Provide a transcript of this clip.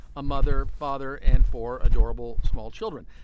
a mother, father and four adorable small children.